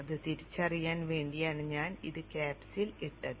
അത് തിരിച്ചറിയാൻ വേണ്ടിയാണ് ഞാൻ അത് ക്യാപ്സിൽ ഇട്ടത്